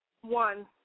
one